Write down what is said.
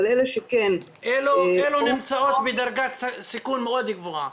אבל אלה שכן --- אלה נמצאות בדרגת סיכון מאוד גבוהה.